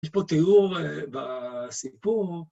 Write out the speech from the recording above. ‫יש פה תיאור, בסיפור.